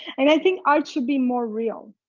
and i think art should be more real.